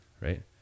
right